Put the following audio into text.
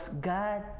god